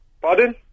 Pardon